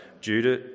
Judah